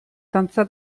dantza